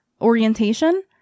Orientation